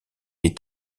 est